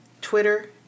Twitter